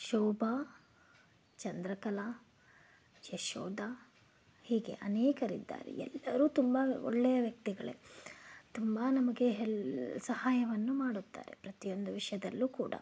ಶೋಭಾ ಚಂದ್ರಕಲಾ ಯಶೋಧ ಹೀಗೆ ಅನೇಕರಿದ್ದಾರೆ ಎಲ್ಲರೂ ತುಂಬ ಒಳ್ಳೆಯ ವ್ಯಕ್ತಿಗಳೇ ತುಂಬ ನಮಗೆ ಹೆಲ್ ಸಹಾಯವನ್ನು ಮಾಡುತ್ತಾರೆ ಪ್ರತಿಯೊಂದು ವಿಷಯದಲ್ಲೂ ಕೂಡ